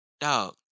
Dog